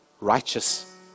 righteous